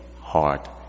heart